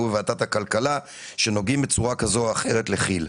בוועדה הכלכלה שנוגעים בצורה כזאת או אחרת לכי"ל,